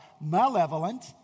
malevolent